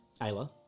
Ayla